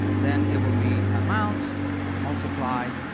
then it will be amounts multiplied,